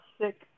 sick